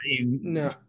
no